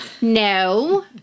No